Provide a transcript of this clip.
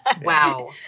Wow